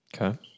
okay